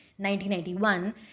1991